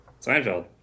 Seinfeld